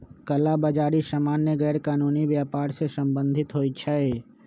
कला बजारि सामान्य गैरकानूनी व्यापर से सम्बंधित होइ छइ